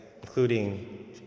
including